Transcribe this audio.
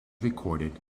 recorded